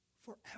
forever